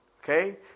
Okay